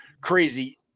crazy –